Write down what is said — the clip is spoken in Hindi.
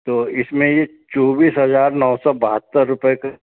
तो इसमें ये चौबीस हज़ार नौ सौ बहत्तर रुपए के